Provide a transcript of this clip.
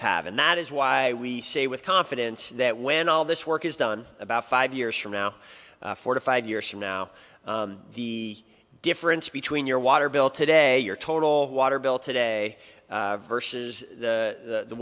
have and that is why we say with confidence that when all this work is done about five years from now forty five years from now the difference between your water bill today your total water bill today versus the